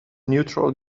neutral